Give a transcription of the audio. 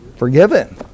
forgiven